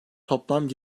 toplam